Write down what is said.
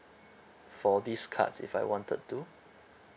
for these cards if I wanted to